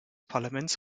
parlaments